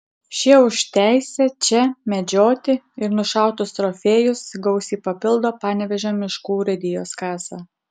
šie už teisę čia medžioti ir nušautus trofėjus gausiai papildo panevėžio miškų urėdijos kasą